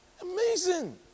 Amazing